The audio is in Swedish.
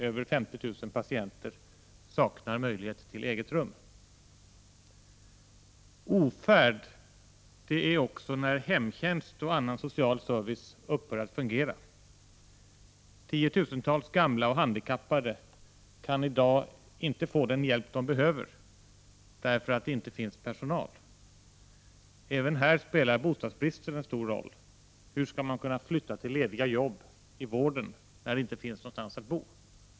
Över 50 000 patienter saknar möjligheten att ha ett eget rum. Ofärd är det också när hemtjänst och annan social service upphör att fungera. Tiotusentals gamla och handikappade kan i dag inte få den hjälp som de behöver, därför att det inte finns personal. Även här spelar bostadsbristen en stor roll. Hur skall man kunna flytta för att ta lediga jobb inom vården när det inte finns någonstans att bo?